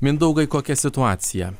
mindaugai kokia situacija